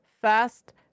First